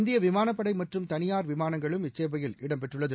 இந்திய விமானப்படை மற்றும் தனியார் விமானங்களும் இச்சேவையில் இடம் பெற்றுள்ளது